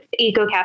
Ecocast